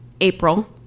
april